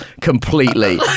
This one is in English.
completely